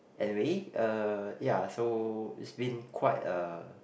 anyway uh ya so it's been quite a